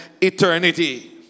eternity